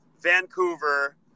Vancouver